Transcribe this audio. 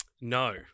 no